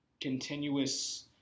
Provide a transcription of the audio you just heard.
continuous